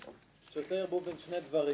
שעושה ערבוב בין שני דברים: